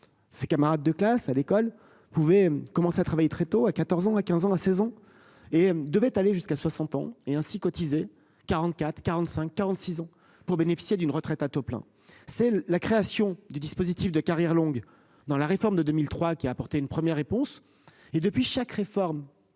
Ses camarades de classe à l'école. Vous pouvez commencer à travailler très tôt à 14 ans à 15 ans la saison et devait aller jusqu'à 60 ans et ainsi cotiser 44, 45 46 ans pour bénéficier d'une retraite à taux plein, c'est la création du dispositif de carrières longues dans la réforme de 2003 qui a apporté une première réponse et depuis chaque réforme,